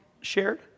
shared